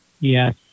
Yes